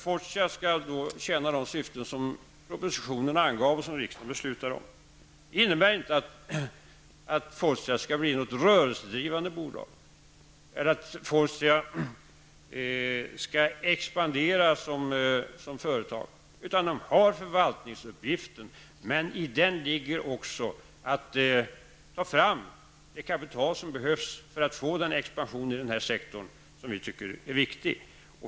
Fortia skall tjäna de syften som angivits i propositionen och som riksdagen beslutar om. Det innebär inte att Fortia skall bli något rörelsedrivande företag eller att Fortia skall expandera som företag. Fortia har förvaltningsuppgiften, men i den ligger också att ta fram det kapital som behövs för att få den expansion i denna sektor som vi tycker är viktig.